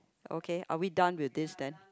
okay are we done with this then